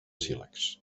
sílex